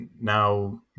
now